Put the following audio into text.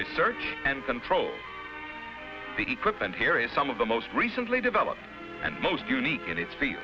research and control the equipment here is some of the most recently developed and most unique in its